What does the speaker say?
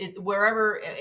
wherever